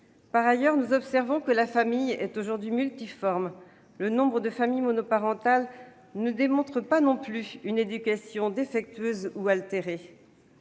Par ailleurs, nous observons que la famille est aujourd'hui multiforme. Le nombre de familles monoparentales ne démontre pas non plus une éducation défectueuse ou altérée.